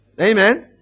Amen